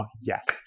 Yes